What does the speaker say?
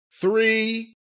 three